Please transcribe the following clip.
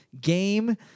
game